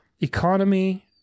Economy